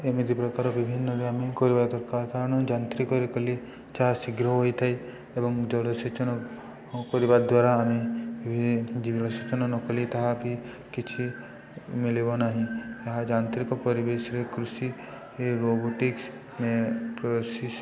ଏମିତି ପ୍ରକାର ବିଭିନ୍ନରେ ଆମେ କରିବା ଦରକାର କାରଣ ଯାନ୍ତ୍ରିକରେ କଲି ଚାହା ଶୀଘ୍ର ହୋଇଥାଏ ଏବଂ ଜଳସେଚନ କରିବା ଦ୍ୱାରା ଆମେ ଜଳସେଚନ ନକରି ତାହା ବି କିଛି ମିଳିବ ନାହିଁ ଏହା ଯାନ୍ତ୍ରିକ ପରିବେଶରେ କୃଷି ରୋବୋଟିକ୍ସି